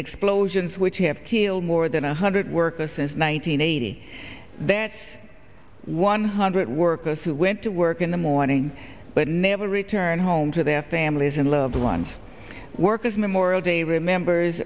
explosions which have killed more than one hundred workers since nine hundred eighty one hundred workers who went to work in the morning but never returned home to their families and loved ones work this memorial day remembers